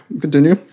Continue